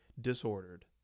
Disordered